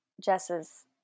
Jess's